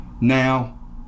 now